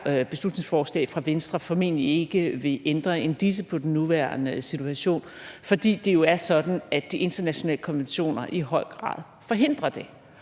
beslutningsforslag fra Venstre formentlig ikke vil ændre en disse på den nuværende situation, fordi det er sådan, at de internationale konventioner i høj grad forhindrer det.